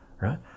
right